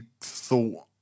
thought